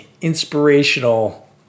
inspirational